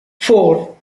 four